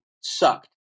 sucked